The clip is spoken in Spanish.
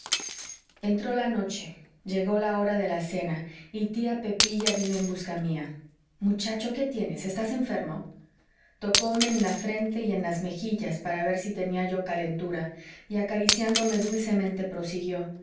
entró la noche llegó la hora de la cena y tía pepilla vino en busca mía muchacho qué tienes estás enfermo tocóme en la frente y en las mejillas para ver si tenía yo calentura y acariciándome dulcemente prosiguió